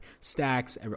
stacks